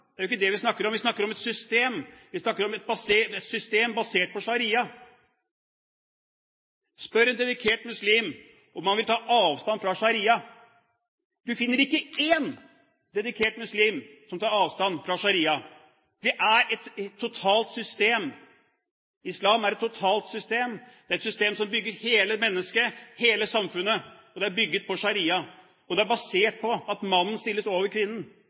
det er jo ikke det vi snakker om, vi snakker om et system basert på sharia. Spør en dedikert muslim om han vil ta avstand fra sharia. Du finner ikke én dedikert muslim som tar avstand fra sharia. Islam er et totalt system, et system som bygger hele mennesket, hele samfunnet, og det er bygget på sharia. Det er basert på at mannen stiller over kvinnen.